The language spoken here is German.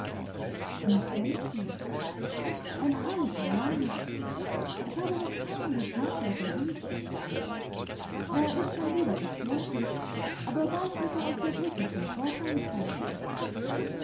vincentius ein herrlicher name ich habe noch keinen gekannt der so hieß er ist schon wieder verschwunden aber bald wird er auf der brücke zum vorschein kommen